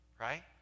right